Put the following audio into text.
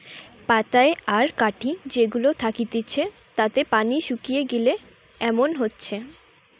পাতায় আর কাঠি যে গুলা থাকতিছে তাতে পানি শুকিয়ে গিলে এমন হচ্ছে